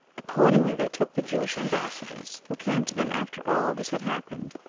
accordingly, they took the jewish ambassadors, who came to them after all this had happened,